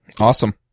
Awesome